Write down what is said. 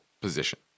position